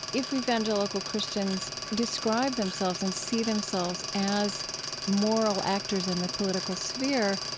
if evangelical christians describe themselves and see themselves as moral actors in the political sphere,